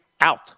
out